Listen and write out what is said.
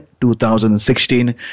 2016